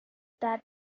that